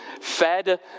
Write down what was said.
fed